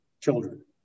children